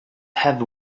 have